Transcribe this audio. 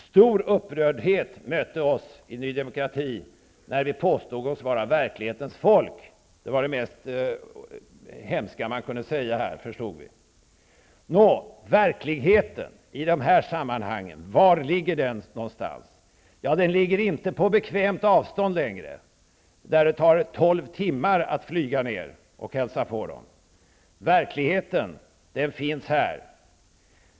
Stor upprördhet mötte oss i Ny demokrati, när vi påstod oss vara verklighetens folk -- det var det hemskaste som man kunde säga, förstod vi. Nå, var ligger då verkligheten i de här sammanhangen? Ja, den ligger inte längre på bekvämt avstånd, så att det tar tolv timmar att flyga ner och hälsa på. Verkligheten finns här.